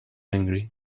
angry